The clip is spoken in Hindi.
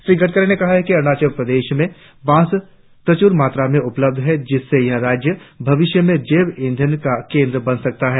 श्री गडकरी ने कहा कि अरुणाचल प्रदेश में बांस प्रचुर मात्रा में उपलब्ध है जिससे यह राज्य भविष्य में जैव ईंधन का केंद्र बन सकता है